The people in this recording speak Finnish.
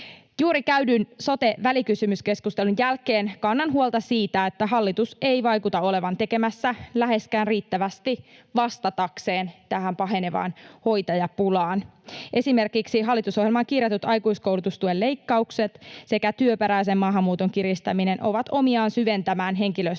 Juuri käydyn sote-välikysymyskeskustelun jälkeen kannan huolta siitä, että hallitus ei vaikuta olevan tekemässä läheskään riittävästi vastatakseen tähän pahenevaan hoitajapulaan. Esimerkiksi hallitusohjelmaan kirjatut aikuiskoulutustuen leikkaukset sekä työperäisen maahanmuuton kiristäminen ovat omiaan syventämään henkilöstön